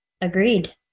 agreed